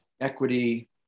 equity